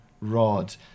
Rod